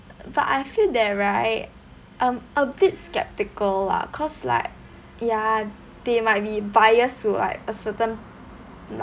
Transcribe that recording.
but I feel that right I'm a bit skeptical lah cause like ya they might be bias to like a certain